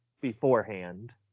beforehand